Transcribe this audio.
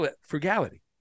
Frugality